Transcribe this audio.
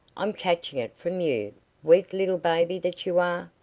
i'm catching it from you weak little baby that you are.